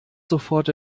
sofort